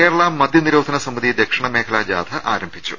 കേരള മദ്യനിരോധന സമിതി ദക്ഷിണ മേഖലാ ജാഥ ആരംഭി ച്ചു